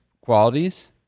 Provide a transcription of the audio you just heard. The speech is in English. qualities